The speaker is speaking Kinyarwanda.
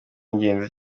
ingenzi